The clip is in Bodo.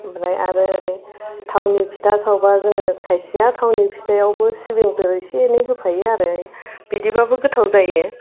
ओमफ्राय आरो ओरै थावनि फिथा सावोबा जोङो खायसेया थावनि फिथायावबो सिबिंफोर एसे एनै होफायो आरो बिदिबाबो गोथाव जायो